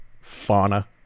fauna